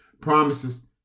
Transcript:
promises